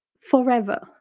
forever